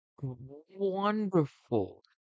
wonderful